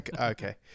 Okay